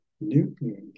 Newton